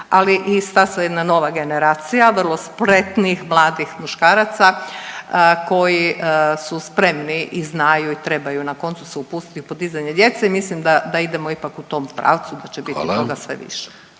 ali i stasa jedna nova generacija vrlo spretnih mladih muškaraca koji su spremni i znaju i trebaju na koncu se upustiti u podizanje djece i mislim da, da idemo ipak u tom pravcu da će biti toga sve više.